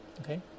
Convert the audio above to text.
okay